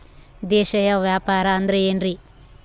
ದೇಶೇಯ ವ್ಯಾಪಾರ ಅಂದ್ರೆ ಏನ್ರಿ?